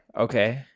okay